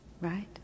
Right